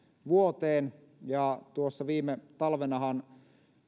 vuoteen tuossa viime talvenahan